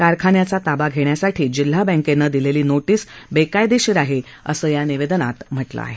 कारखान्याचा ताबा घेण्यासाठी जिल्हा बँकेनं दिलेली नोटीस बेकायदेशीर आहे असं या निवेदनात म्हटलं आहे